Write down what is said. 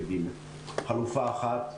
חלופה אחת,